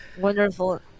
wonderful